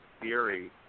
theory